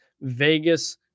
Vegas